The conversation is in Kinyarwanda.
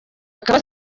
akaba